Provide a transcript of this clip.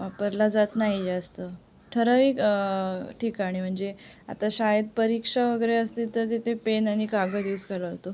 वापरला जात नाही जास्त ठराविक ठिकाणी म्हणजे आता शाळेत परीक्षा वगैरे असतील तर तिथे पेन आणि कागद यूज केला जातो